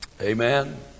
Amen